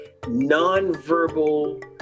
nonverbal